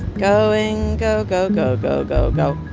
going, go, go, go, go, go, go,